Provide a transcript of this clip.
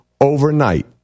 overnight